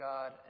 God